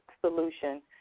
solution